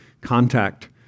contact